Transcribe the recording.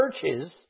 churches